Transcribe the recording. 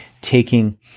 taking